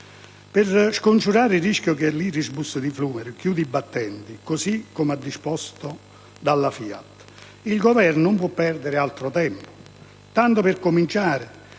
Per scongiurare il rischio che l'Irisbus di Flumeri chiuda i battenti, così come è stato disposto dalla FIAT, il Governo non può perdere altro tempo.